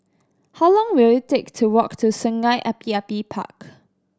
how long will it take to walk to Sungei Api Api Park